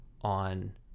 on